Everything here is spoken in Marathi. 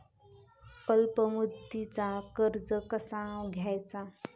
अल्प मुदतीचा कर्ज कसा घ्यायचा?